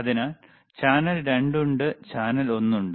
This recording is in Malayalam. അതിനാൽ ചാനൽ 2 ഉണ്ട് ചാനൽ ഒന്ന് ഉണ്ട്